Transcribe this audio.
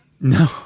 No